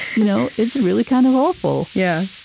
you know it's really kind of awful yeah